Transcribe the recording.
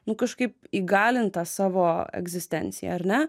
nu kažkaip įgalint tą savo egzistenciją ar ne